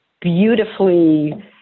beautifully